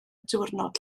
diwrnod